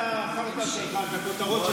קיבלת את החרטא שלך, את הכותרות שלך.